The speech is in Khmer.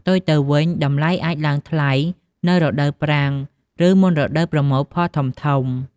ផ្ទុយទៅវិញ តម្លៃអាចឡើងថ្លៃនៅរដូវប្រាំង ឬមុនរដូវប្រមូលផលធំៗ។